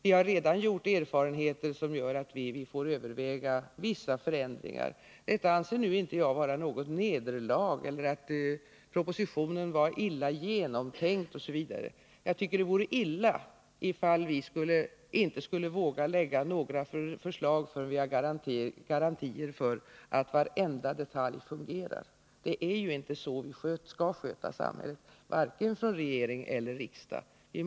Vi har redan gjort erfarenheter som leder till att vi får överväga vissa förändringar. Jag anser inte att detta är något nederlag eller ett uttryck för att propositionen skulle vara illa genomtänkt eller något sådant. Jag tycker det vore illa ifall vi inte skulle våga lägga fram några förslag 9” förrän vi har garantier för att varenda detalj fungerar. Det är ju inte så vi skall sköta samhället, varken från regeringens eller från riksdagens sida.